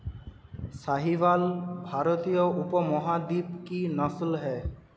साहीवाल भारतीय उपमहाद्वीप की नस्ल है